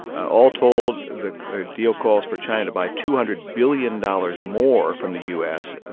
all told, the deal calls for china to buy two hundred billion dollars more from the u s.